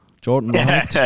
Jordan